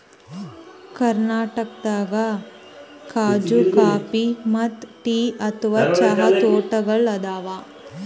ಕರ್ನಾಟಕದಾಗ್ ಖಾಜೂ ಕಾಫಿ ಮತ್ತ್ ಟೀ ಅಥವಾ ಚಹಾ ತೋಟಗೋಳ್ ಅದಾವ